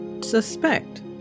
suspect